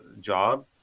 job